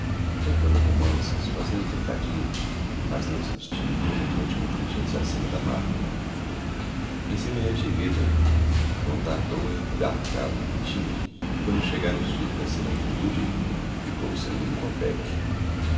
cantando romanzas fazendo trocadilhos mas não se distinguia mediante uma intelligencia acima da marca em semelhante vida não tardou em dar cabo do que tinha e quando chegaram os dias da senéctude ficou sem um